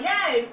Yes